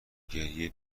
گریه